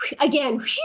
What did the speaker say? again